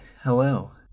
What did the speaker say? Hello